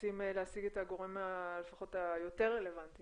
מנסים להשיג את הגורם לפחות היותר רלוונטי